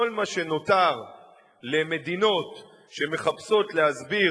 כל מה שנותר למדינות אויב שמחפשות להסביר